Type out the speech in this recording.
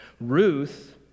Ruth